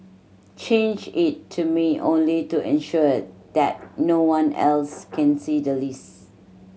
change it to me only to ensure that no one else can see the list